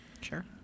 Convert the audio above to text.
Sure